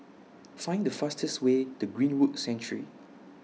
Find The fastest Way to Greenwood Sanctuary